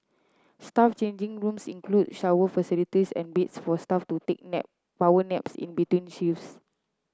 staff changing rooms include shower facilities and beds for staff to take nap power naps in between shifts